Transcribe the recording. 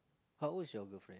how old is your girlfriend